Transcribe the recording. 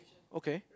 okay